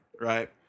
right